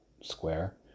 square